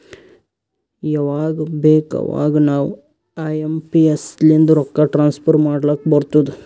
ಯವಾಗ್ ಬೇಕ್ ಅವಾಗ ನಾವ್ ಐ ಎಂ ಪಿ ಎಸ್ ಲಿಂದ ರೊಕ್ಕಾ ಟ್ರಾನ್ಸಫರ್ ಮಾಡ್ಲಾಕ್ ಬರ್ತುದ್